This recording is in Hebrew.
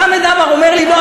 חמד עמאר אומר לי: לא,